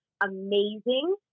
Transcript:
amazing